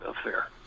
affair